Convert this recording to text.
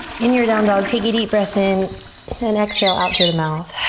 in your down dog take a deep breath in and exhale out through the mouth.